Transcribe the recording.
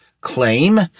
claim